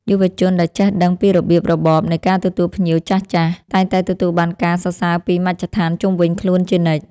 យុវជនដែលចេះដឹងពីរបៀបរបបនៃការទទួលភ្ញៀវចាស់ៗ តែងតែទទួលបានការសរសើរពីមជ្ឈដ្ឋានជុំវិញខ្លួនជានិច្ច។